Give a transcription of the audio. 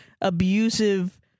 abusive